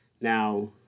Now